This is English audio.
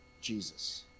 Jesus